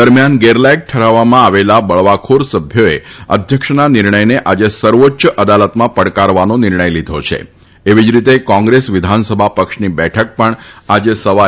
દરમ્યાન ગેરલાયક ઠરાવવામાં આવેલા બળવાખોર સભ્યોએ અધ્યક્ષના નિર્ણયને આજે સર્વોચ્ય અદાલતમાં પડકારવાનો નિર્ણય લીધો છેએવી જ રીતે કોંગ્રેસ વિધાનસભા પક્ષની બેઠક પણ આજે સવારે